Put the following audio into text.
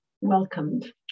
welcomed